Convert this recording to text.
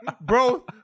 Bro